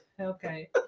Okay